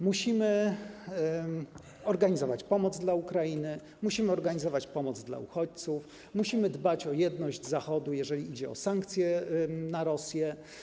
Musimy organizować pomoc dla Ukrainy, musimy organizować pomoc dla uchodźców, musimy dbać o jedność Zachodu, jeżeli idzie o sankcje nakładane na Rosję.